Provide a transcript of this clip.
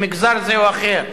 למגזר זה או אחר.